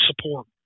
support